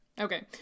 Okay